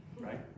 right